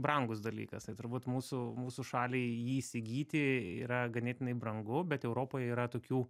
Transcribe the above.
brangus dalykas tai turbūt mūsų mūsų šaliai jį įsigyti yra ganėtinai brangu bet europoj yra tokių